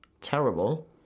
terrible